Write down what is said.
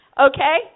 Okay